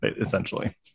essentially